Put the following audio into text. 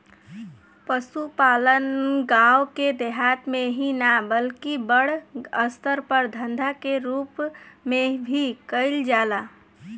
पसुपालन गाँव देहात मे ही ना बल्कि बड़ अस्तर पर धंधा के रुप मे भी कईल जाला